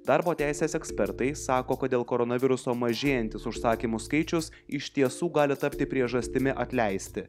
darbo teisės ekspertai sako kad dėl koronaviruso mažėjantis užsakymų skaičius iš tiesų gali tapti priežastimi atleisti